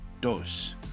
dos